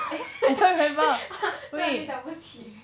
突然就想不起